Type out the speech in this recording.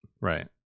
Right